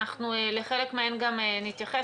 לחלק מהם גם נתייחס.